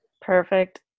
Perfect